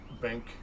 Bank